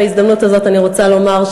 בהזדמנות הזאת אני רוצה לומר,